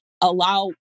allow